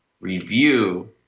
review